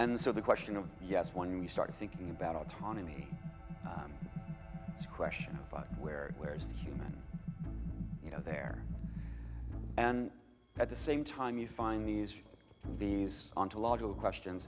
and so the question of yes when we start thinking about autonomy question where where is the human you know there and at the same time you find these these ontological question